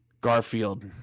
Garfield